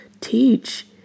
teach